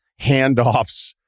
handoffs